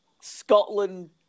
Scotland